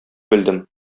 белдем